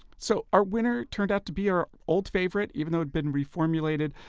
so our winner turned out to be our old favorite, even though it's been reformulated,